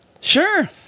Sure